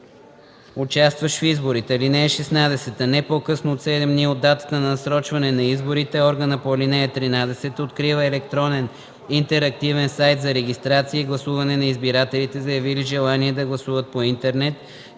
участващ в изборите. (16) Не по-късно от 7 дни от датата на насрочване на изборите органът по ал. 13 открива електронен интерактивен сайт за регистрация и гласуване на избирателите, заявили желание да гласуват по интернет,